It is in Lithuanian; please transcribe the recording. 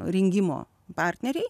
rengimo partneriai